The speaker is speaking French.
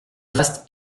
vaste